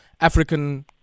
African